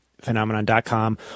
phenomenon.com